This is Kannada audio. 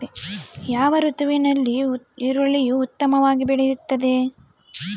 ಯಾವ ಋತುವಿನಲ್ಲಿ ಈರುಳ್ಳಿಯು ಉತ್ತಮವಾಗಿ ಬೆಳೆಯುತ್ತದೆ?